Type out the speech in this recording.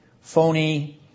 phony